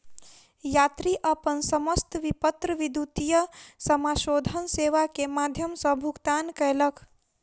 यात्री अपन समस्त विपत्र विद्युतीय समाशोधन सेवा के माध्यम सॅ भुगतान कयलक